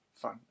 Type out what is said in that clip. fun